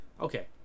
okay